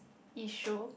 issue